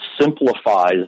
simplifies